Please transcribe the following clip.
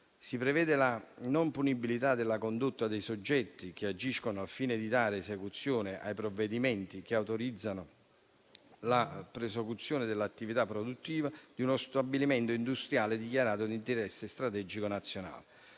Si prevede la non punibilità della condotta dei soggetti che agiscono al fine di dare esecuzione ai provvedimenti che autorizzano la prosecuzione dell'attività produttiva di uno stabilimento industriale dichiarato d'interesse strategico nazionale.